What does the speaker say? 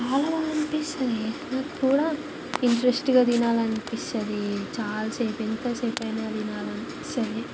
చాలా బాగా అనిపిస్తుంది ఇప్పుడు కూడా ఇంట్రస్ట్గా తినాలనిపిస్తది చాలసేపు ఎంతసేపయినా తినాలనిపిస్తుంది